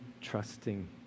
trusting